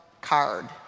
card